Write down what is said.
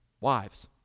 Wives